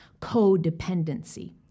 codependency